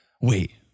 wait